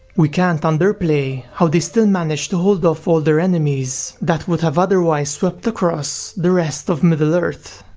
we can't underplay how they still managed to hold off all their enemies that would have otherwise swept across the rest of middle-earth.